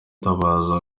atabaza